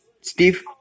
Steve